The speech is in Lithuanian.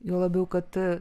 juo labiau kad